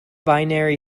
binary